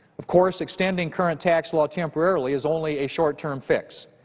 of course extending current tax law temporarily is only a short-term fix.